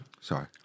sorry